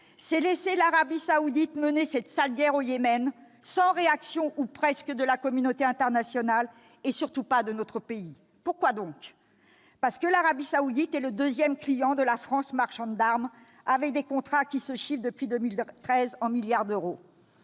c'est laisser l'Arabie saoudite mener cette sale guerre au Yémen, sans réaction, ou presque, de la communauté internationale, surtout pas de notre pays. Pourquoi donc ? Parce que l'Arabie saoudite est le deuxième client de la France marchande d'armes, avec des contrats qui se chiffrent depuis 2013 en milliards d'euros.